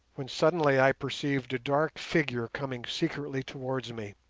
when suddenly i perceived a dark figure coming secretly towards me.